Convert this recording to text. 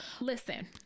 Listen